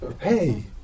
hey